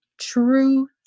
true